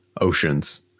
oceans